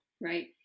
right